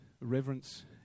reverence